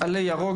'עלה ירק',